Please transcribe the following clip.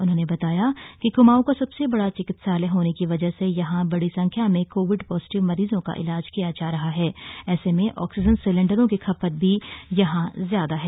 उन्होने बताया कि कुमाऊ का सबसे बडा चिकित्सालय होने की वजह से यहां बडी संख्या मे कोविड पॉजेटिव मरीजो का इलाज किया जा रहा है ऐसे मे आक्सीजन सिलेन्डरो की खपत भी यहां ज्यादा है